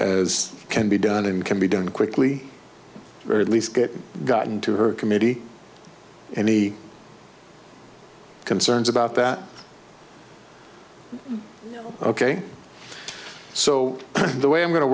agree can be done and can be done quickly or at least get gotten to her committee any concerns about that ok so the way i'm going to